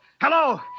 Hello